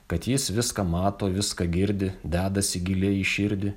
kad jis viską mato viską girdi dedasi giliai į širdį